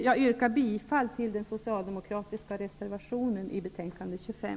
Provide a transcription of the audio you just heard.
Jag yrkar bifall till den socialdemokratiska reservationen i betänkande 25.